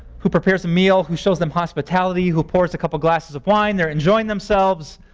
who prepares a meal, who shows him hospitality, who pours a couple glasses of wine. they're enjoying themselves